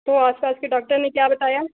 तो आसपास के डॉक्टर ने क्या बताया